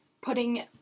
putting